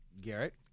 Garrett